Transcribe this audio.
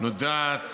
נודעת